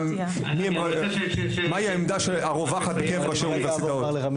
מהי העמדה הרווחת בקרב ראשי